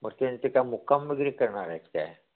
मग ते ते काय मुक्काम वगैरे करणार आहेत काय